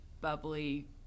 bubbly